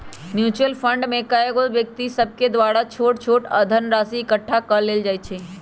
mutual fund में कएगो व्यक्ति सभके द्वारा छोट छोट धनराशि एकठ्ठा क लेल जाइ छइ